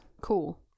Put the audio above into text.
cool